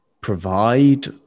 provide